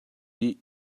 dih